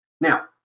Now